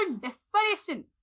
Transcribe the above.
desperation